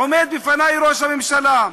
עומד בפני ראש הממשלה,